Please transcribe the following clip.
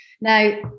Now